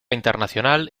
internacional